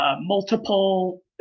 multiple